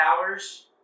hours